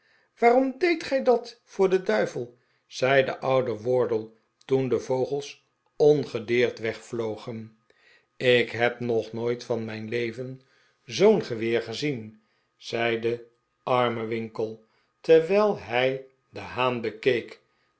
waarom deedt gij dat voor den duivel zei de oude wardle toen de vogels ongedeerd wegvlogen ik heb nog nooit van mijn leven zoo'n geweer gezien zei de arme winkle terwijl hij den haan bekeek